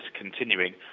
continuing